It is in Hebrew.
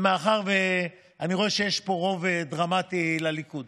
מאחר שאני רואה שיש פה רוב דרמטי לליכוד,